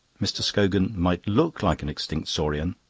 mr. scogan might look like an extinct saurian,